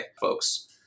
folks